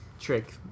trick